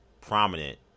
prominent